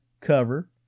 cover